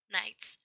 nights